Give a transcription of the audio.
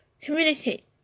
communicate